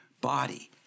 body